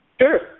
Sure